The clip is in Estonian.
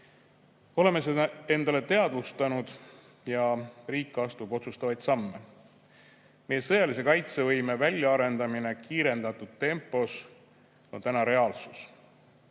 Oleme seda endale teadvustanud ja riik astub otsustavaid samme. Meie sõjalise kaitsevõime väljaarendamine kiirendatud tempos on reaalsus.